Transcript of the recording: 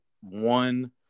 one